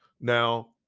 Now